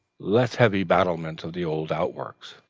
less heavy battlements of the old out-works.